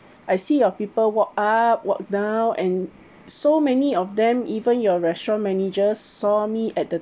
I see your people walk up walk down and so many of them even your restaurant managers saw me at the